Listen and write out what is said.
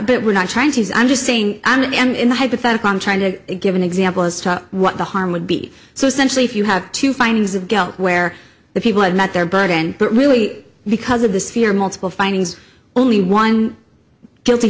but we're not trying to i'm just saying and in the hypothetical i'm trying to give an example as to what the harm would be so essentially if you have two findings of guilt where the people had met their burden but really because of this fear multiple findings only one guilty